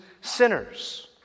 sinners